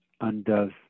undoes